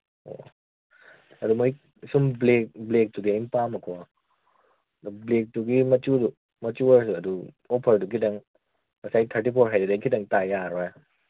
ꯑꯣ ꯑꯗꯨ ꯃꯣꯏ ꯁꯨꯝ ꯕ꯭ꯂꯦꯛ ꯕ꯭ꯂꯦꯛꯇꯨꯗꯤ ꯑꯩ ꯄꯥꯝꯕꯀꯣ ꯑꯗꯨ ꯕ꯭ꯂꯦꯛꯇꯨꯒꯤ ꯃꯆꯨꯗꯨ ꯃꯆꯨ ꯑꯣꯏꯍꯜꯂ ꯑꯗꯨ ꯑꯣꯐꯔꯗꯨ ꯈꯤꯇꯪ ꯉꯁꯥꯏ ꯊꯥꯔꯇꯤ ꯐꯣꯔ ꯍꯥꯏꯗꯨꯗꯒꯤ ꯈꯤꯇꯪ ꯇꯥ ꯌꯥꯔꯔꯣꯏ